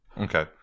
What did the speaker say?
okay